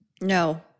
No